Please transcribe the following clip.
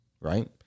right